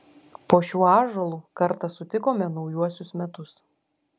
po šiuo ąžuolu kartą sutikome naujuosius metus